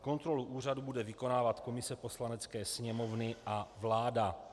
Kontrolu úřadu bude vykonávat komise Poslanecké sněmovny a vláda.